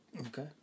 Okay